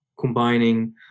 combining